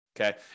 okay